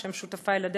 שהם שותפי לדרך.